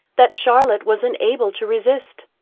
that charlotte was unable to resist.